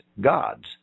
gods